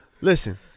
Listen